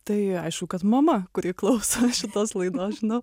tai aišku kad mama kuri klauso šitos laidos žinau